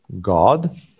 God